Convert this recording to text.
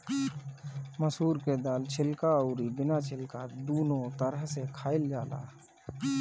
मसूर के दाल छिलका अउरी बिना छिलका दूनो तरह से खाइल जाला